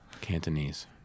Cantonese